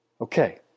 Okay